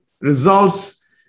results